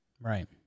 Right